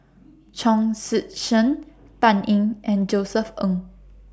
Chong Tze Chien Dan Ying and Josef Ng